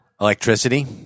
electricity